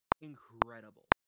Incredible